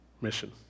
mission